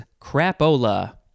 crapola